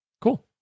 Cool